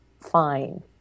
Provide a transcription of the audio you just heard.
fine